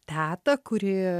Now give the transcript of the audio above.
tetą kuri